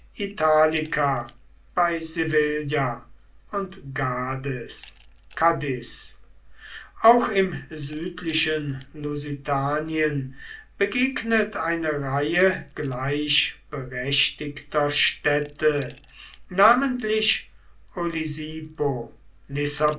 bei sevilla und gades cadiz auch im südlichen lusitanien begegnet eine reihe gleichberechtigter städte namentlich